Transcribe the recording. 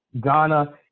Ghana